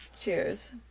Cheers